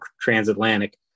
transatlantic